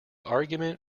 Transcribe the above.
argument